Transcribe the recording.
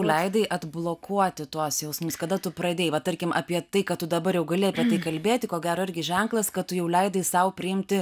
leidai atblokuoti tuos jausmus kada tu pradėjai va tarkim apie tai kad tu dabar apie tai kalbėti irgi ženklas kad tu jau leidai sau priimti